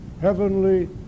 heavenly